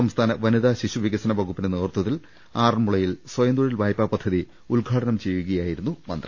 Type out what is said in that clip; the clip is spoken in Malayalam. സംസ്ഥാന വനിതാ ശിശുവികസന വകുപ്പിന്റെ നേതൃത്വത്തിൽ ആറന്മുള യിൽ സ്വയംതൊഴിൽ വായ്പാ പദ്ധതി ഉദ്ഘാടനം ചെയ്യുകയായിരുന്നു മന്ത്രി